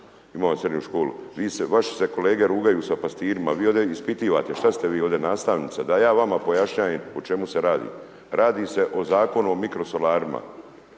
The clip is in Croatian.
imao srednju školu. Vaši se kolege rugaju sa pastirima, vi ovdje ispitivate, šta ste vi ovdje nastavnica, da ja vama pojašnjavam o čemu se radi. Radi se o Zakonu o mikrosolarima